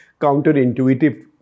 counterintuitive